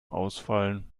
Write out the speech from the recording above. ausfallen